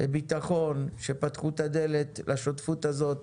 ביטחון, שפתחו את הדלת לשותפות הזאת.